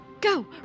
go